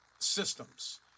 systems